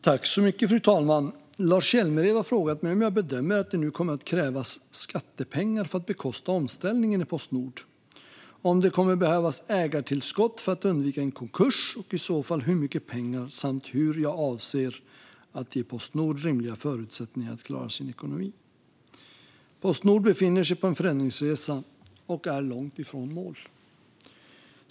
Fru talman! har frågat mig om jag bedömer att det nu kommer att krävas skattepengar för att bekosta omställningen i Postnord, om det kommer att behövas ägartillskott för att undvika en konkurs och i så fall hur mycket pengar samt hur jag avser att ge Postnord rimliga förutsättningar att klara sin ekonomi. Postnord befinner sig på en förändringsresa och är långt från målet.